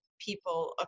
people